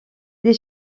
des